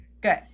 Good